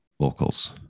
vocals